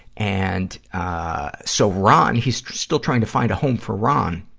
and, ah, so ron, he's still trying to find a home for ron.